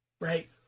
right